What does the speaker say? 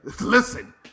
Listen